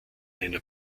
einer